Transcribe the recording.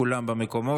כולם במקומות.